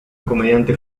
comediante